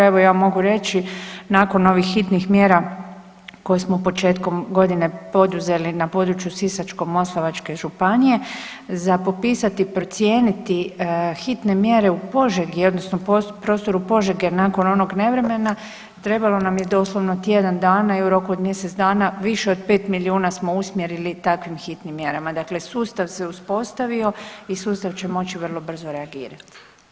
Evo, ja mogu reći nakon ovih hitnih mjera koje smo početkom godine poduzeli na području Sisačko-moslavačke županije, za popisati i procijeniti hitne mjere u Požegi odnosno u prostoru Požege nakon onog nevremena trebalo nam je doslovno tjedan dana i u roku od mjesec dana više od 5 milijuna smo usmjerili takvim hitnim mjerama, dakle sustav se uspostavio i sustav će moći vrlo brzo reagirati.